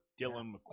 dylan